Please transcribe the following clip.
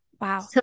wow